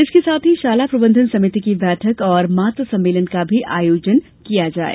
इसके साथ ही शाला प्रबंधन समिति की बैठक और मातृ सम्मेलन का भी आयोजन किया जाये